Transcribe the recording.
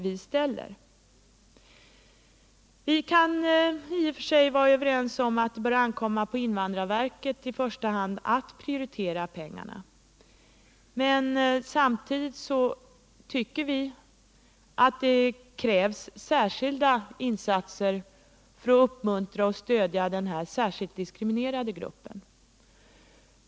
Vi kan i och för sig vara överens om att det i första hand bör ankomma på invandrarverket att prioritera pengarna, men samtidigt anser vi att det krävs särskilda insatser för att uppmuntra och stödja denna särskilt diskriminerade grupp.